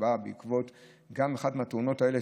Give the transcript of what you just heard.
שבאה בעקבות אחת מהתאונות האלה,